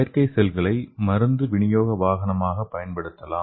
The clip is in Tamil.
செயற்கை செல்களை மருந்து விநியோக வாகனமாகவும் பயன்படுத்தலாம்